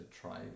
try